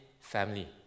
family